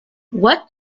what